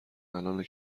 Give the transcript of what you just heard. الانه